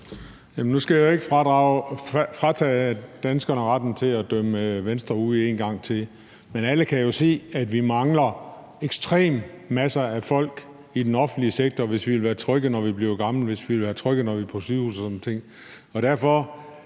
Nu skal jeg ikke fratage danskerne retten til at dømme Venstre ude en gang til, men alle kan jo se, at vi mangler ekstremt mange folk i den offentlige sektor, hvis vi vil være trygge, når vi bliver gamle, hvis vi vil være trygge, når vi er på sygehuset og sådan nogle ting.